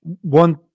One